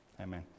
Amen